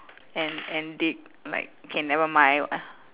and and did like K never mind lah